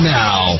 now